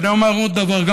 ואני אומר עוד דבר,